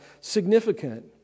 significant